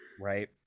right